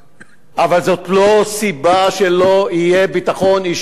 אבל זאת לא סיבה שלא יהיה ביטחון אישי ברחובות.